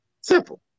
Simple